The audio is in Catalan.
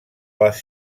les